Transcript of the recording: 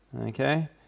okay